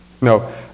No